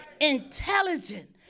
Intelligent